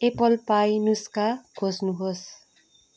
Apple pie नुस्खा खोज्नुहोस्